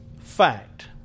fact